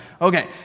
Okay